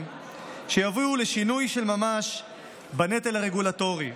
שיביאו לשינוי של ממש בנטל הרגולטורי,